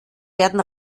werden